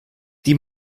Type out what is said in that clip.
die